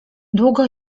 długo